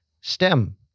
STEM